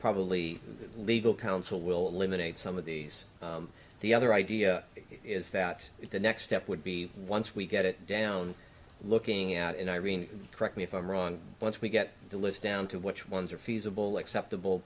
probably legal counsel will eliminate some of these the other idea is that if the next step would be once we get it down looking at it irene correct me if i'm wrong once we get the list down to which ones are feasible acceptable